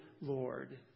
Lord